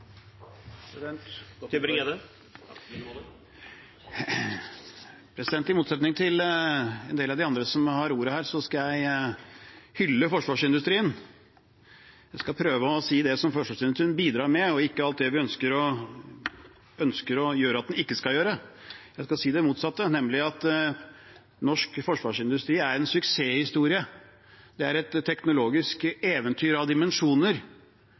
I motsetning til en del av de andre som har hatt ordet, skal jeg hylle forsvarsindustrien. Jeg skal prøve å si noe om det som forsvarsindustrien bidrar med, og ikke alt det vi ønsker at den ikke skal gjøre. Jeg skal si det motsatte, nemlig at norsk forsvarsindustri er en suksesshistorie. Det er et teknologisk eventyr av dimensjoner